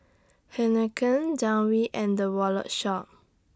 Heinekein Downy and The Wallet Shop